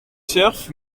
surf